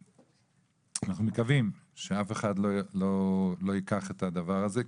ואנחנו מקווים שאף אחד לא ייקח את הדבר הזה,